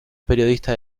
periodista